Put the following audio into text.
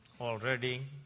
already